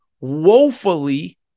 woefully